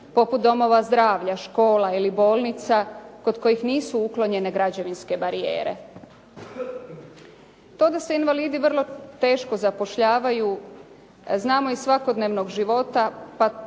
poput domova zdravlja, škola ili bolnica kod kojih nisu uklonjene građevinske barijere. To da se invalidi teško zapošljavaju, znamo iz svakodnevnog života, pa